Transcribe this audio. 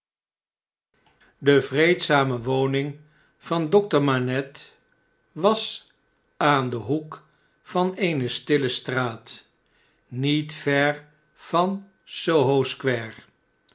de vreedzame woning van dokter manette was aan den hoek van eene stille straat niet ver van